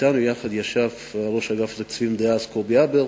אתנו יחד ישבו ראש אגף התקציבים דאז, קובי הבר,